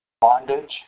bondage